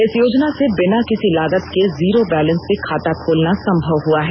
इस योजना से बिना किसी लागत के जीरो बैलेन्स से खाता खोलना संभव हुआ है